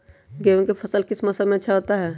गेंहू का फसल किस मौसम में अच्छा होता है?